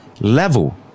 level